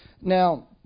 Now